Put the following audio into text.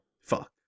Fuck